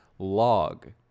log